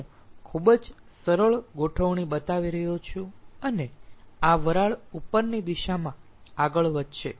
હું ખૂબ જ સરળ ગોઠવણી બતાવી રહ્યો છું અને આ વરાળ ઉપરની દિશામાં આગળ વધશે